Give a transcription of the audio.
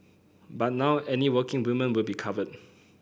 but now any working woman will be covered